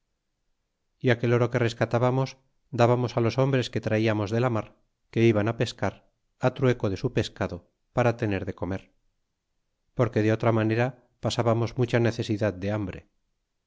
y aquel oro que rescatábamos dábamos tt los hombres que traiamos de la mar que iban pescar trueco de su pescado para tener de comer porque de otra manera pasábamos mucha necesidad de hambre